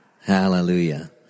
Hallelujah